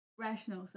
rational